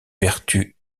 vertus